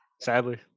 Sadly